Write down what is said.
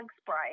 spray